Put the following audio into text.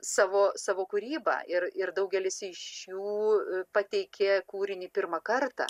savo savo kūrybą ir ir daugelis iš jų pateikė kūrinį pirmą kartą